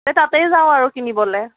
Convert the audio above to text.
এই তাতেই যাওঁ আৰু কিনিবলৈ